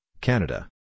Canada